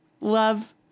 Love